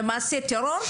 למעשה טרור,